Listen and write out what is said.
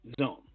zone